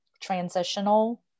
transitional